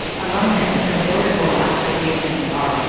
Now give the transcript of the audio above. among them some notable applications are